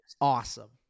Awesome